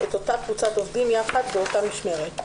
את אותה קבוצת עובדים יחד באותה משמרת.